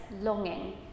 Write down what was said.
longing